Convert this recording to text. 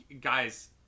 Guys